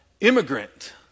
immigrant